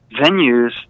venues